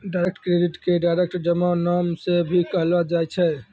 direct credit के direct जमा नाम से भी कहलो जाय छै